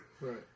Right